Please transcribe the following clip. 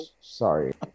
sorry